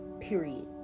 period